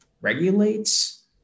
regulates